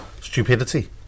Stupidity